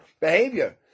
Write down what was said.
behavior